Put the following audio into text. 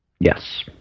Yes